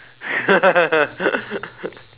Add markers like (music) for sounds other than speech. (laughs)